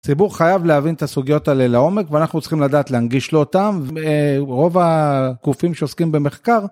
ציבור חייב להבין את הסוגיות האלה לעומק ואנחנו צריכים לדעת להנגיש לו אותן ורוב הגופים שעוסקים במחקר.